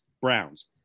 Browns